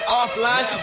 offline